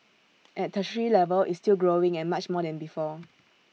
at tertiary level it's still growing and much more than before